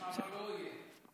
ממשלת מעבר לא תהיה.